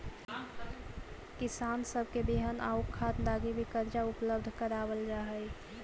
किसान सब के बिहन आउ खाद लागी भी कर्जा उपलब्ध कराबल जा हई